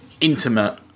intimate